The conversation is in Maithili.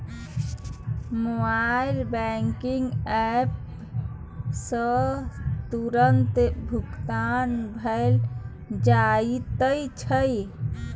मोबाइल बैंकिंग एप सँ तुरतें भुगतान भए जाइत छै